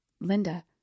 Linda